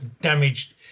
damaged